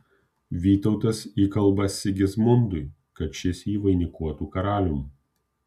vytautas įkalba sigismundui kad šis jį vainikuotų karalium